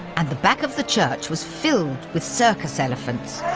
and the back of the church was filled with circus elephants.